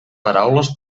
paraules